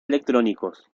electrónicos